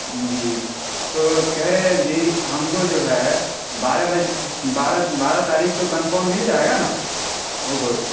جی تو کہہ رہے ہیں جی ہم کو جو ہے بارہ بجے بارہ بارہ تاریخ تو کنفرم مل جائے گا نا وہ گوشت